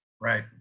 Right